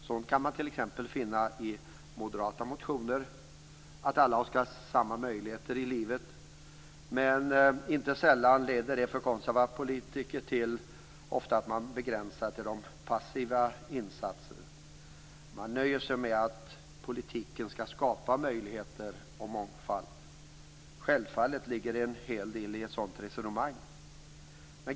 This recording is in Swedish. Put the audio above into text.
Sådant kan man t.ex. finna i moderata motioner - att alla skall ha samma möjligheter i livet. Men inte sällan leder den konservativa politiken till att man begränsar sig till passiva insatser. Man nöjer sig med att politiken skall skapa möjligheter och mångfald. Självfallet ligger det en hel del i ett sådant resonemang.